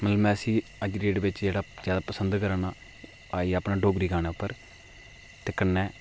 मतलब में इसी अज्ज दी डेट च जेहड़ा बड़ा पंसद करा ना आई अपने डोगरी गाने उप्पर ते कन्नै